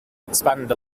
expand